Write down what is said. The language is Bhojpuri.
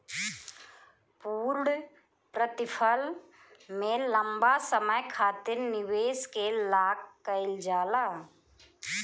पूर्णप्रतिफल में लंबा समय खातिर निवेश के लाक कईल जाला